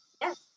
Yes